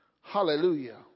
Hallelujah